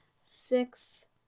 six